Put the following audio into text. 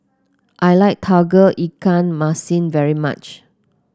I like Tauge Ikan Masin very much